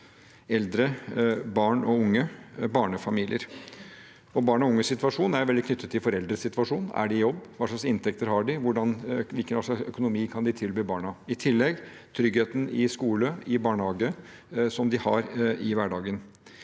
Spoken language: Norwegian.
eldre, barn og unge og barnefamilier. Barn og unges situasjon er veldig knyttet til foreldrenes situasjon. Er de i jobb, og hva slags inntekter har de? Hva slags økonomi kan de tilby barna? I tillegg handler det om tryggheten i skole og barnehage som de har i hverdagen.